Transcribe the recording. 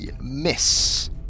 miss